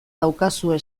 daukazue